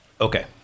okay